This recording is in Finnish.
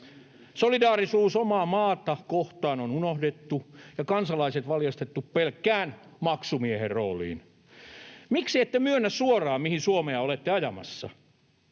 Solidaarisuus omaa maata kohtaan on unohdettu ja kansalaiset valjastettu pelkkään maksumiehen rooliin. Miksi ette myönnä suoraan, mihin Suomea olette ajamassa?